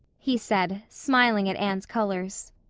he said, smiling at anne's colors.